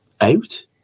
out